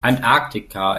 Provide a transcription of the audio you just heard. antarktika